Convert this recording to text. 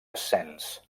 ascens